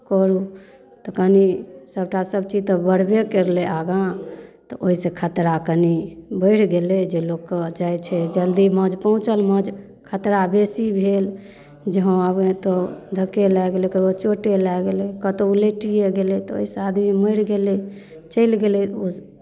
करू तऽ कनि सभटा सभचीज तऽ बढ़बे कयलै आगाँ तऽ ओहिसँ खतरा कनि बढ़ि गेलै जे लोककेँ जाइ छै जल्दीमे जे पहुँचलमे जे खतरा बेसी भेल जे हँ आब तऽ धक्के लागि गेलै ककरो चोटे लागि गेलै कतहु उलटिए गेलै तऽ ओहिसँ आदमी मरि गेलै चलि गेलै